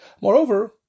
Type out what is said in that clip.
Moreover